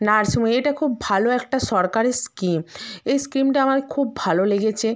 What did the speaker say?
নার্সিংহোমে এইটা খুব ভালো একটা সরকারি স্কিম এই স্কিমটা আমাকে খুব ভালো লেগেছে